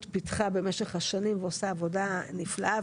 פיתחה במשך השנים ועושה עבודה נפלאה.